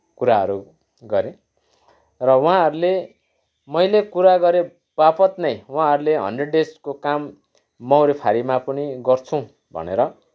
कुराहरू गरेँ र उहाँहरूले मैले कुरा गरे बापत नै उहाँहरूले हन्ड्रेड डेजको काम मौरेफारीमा पनि गर्छौँ भनेर